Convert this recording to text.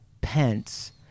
Pence